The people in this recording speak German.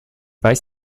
weiß